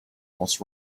was